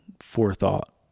forethought